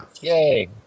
Yay